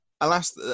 alas